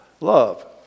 love